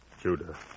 Judah